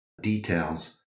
details